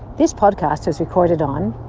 this podcast is recorded on.